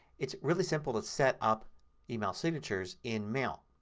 it's really simple to setup email signatures in mail.